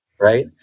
right